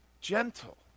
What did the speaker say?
gentle